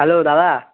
hello দাদা